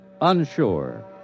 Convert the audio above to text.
unsure